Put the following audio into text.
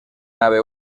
nave